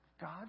God